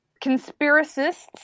conspiracists